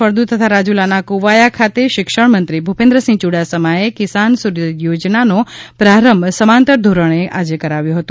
ફળદુ તથા રાજુલાના કોવાયા ખાતે શિક્ષણમંત્રી ભૂપેન્તસિંહ યૂડાસમાએ કિસાન સૂર્યોદય યોજનાનો પ્રારંભ સમાંતર ધોરણે આજે કરાવ્યો હતો